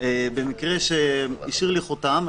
מקרה שהשאיר עליי חותם.